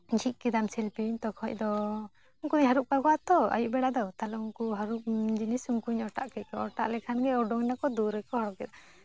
ᱡᱷᱤᱡ ᱠᱮᱫᱟᱢ ᱥᱤᱞᱯᱤᱧ ᱛᱚᱠᱷᱚᱱ ᱫᱚ ᱩᱱᱠᱩᱫᱚᱧ ᱦᱟᱹᱨᱩᱵ ᱠᱟᱠᱚᱣᱟ ᱛᱚ ᱟᱹᱭᱩᱵ ᱵᱮᱲᱟ ᱫᱚ ᱛᱟᱦᱞᱮ ᱩᱱᱠᱩ ᱦᱟᱹᱨᱩᱵ ᱡᱤᱱᱤᱥ ᱩᱱᱠᱩᱧ ᱚᱴᱟᱜ ᱠᱮᱠᱚᱣᱟ ᱚᱴᱟᱜ ᱞᱮᱠᱷᱟᱱᱜᱮ ᱩᱰᱩᱠ ᱱᱟᱠᱚ ᱫᱩᱣᱟᱹᱨ ᱜᱮᱠᱚ ᱦᱚᱨᱦᱚ ᱠᱮᱫᱟ